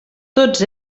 tots